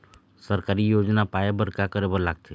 सरकारी योजना पाए बर का करे बर लागथे?